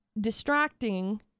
distracting